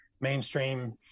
mainstream